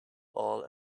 all